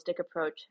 approach